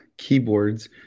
keyboards